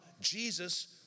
Jesus